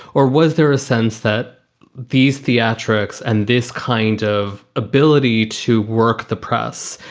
or was there a sense that these theatrics and this kind of ability to work the press,